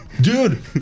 dude